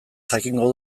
jakingo